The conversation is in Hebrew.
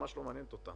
ממש לא מעניינת אותם.